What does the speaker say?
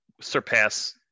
surpass